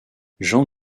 jean